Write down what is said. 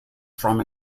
from